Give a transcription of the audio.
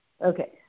Okay